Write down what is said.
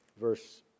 verse